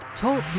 Talk